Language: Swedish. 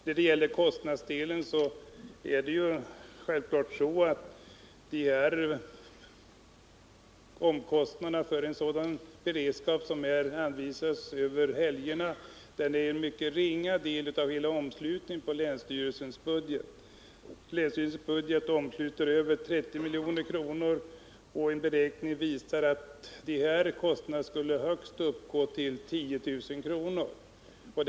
När det gäller kostnadsdelen är omkostnaderna för en sådan beredskap som anvisas över helgerna självfallet en mycket ringa del av hela omslut ningen av länsstyrelsens budget. Länsstyrelsens budget omsluter över 30 Nr 53 milj.kr., och en beräkning visar att dessa kostnader skulle uppgå till högst Fredagen den 10 000 kr.